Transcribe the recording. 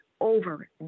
over